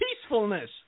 peacefulness